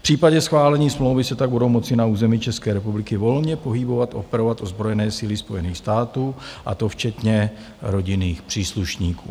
V případě schválení smlouvy se tak budou moci na území České republiky volně pohybovat, operovat ozbrojené síly Spojených států, a to včetně rodinných příslušníků.